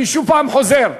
אני חוזר שוב,